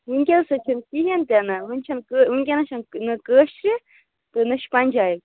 وٕنکیس چھِ نہٕ کِہیٖنۍ تہِ نہٕ وِنۍ چھ نہٕ وٕنکٮ۪ن چھَ نہ نہ کٲشرِ تہٕ نہ چھِ پنجابہِ